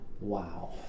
Wow